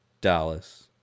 Dallas